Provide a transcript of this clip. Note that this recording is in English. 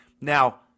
Now